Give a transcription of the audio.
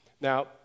Now